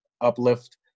uplift